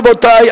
רבותי,